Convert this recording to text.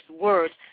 words